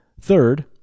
third